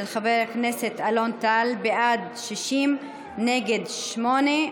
של חבר הכנסת אלון טל: בעד, 60, נגד, שמונה.